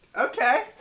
okay